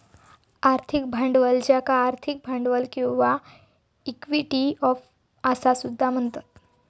आर्थिक भांडवल ज्याका आर्थिक भांडवल किंवा इक्विटी असा सुद्धा म्हणतत